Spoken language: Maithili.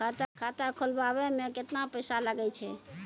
खाता खोलबाबय मे केतना पैसा लगे छै?